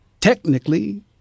Technically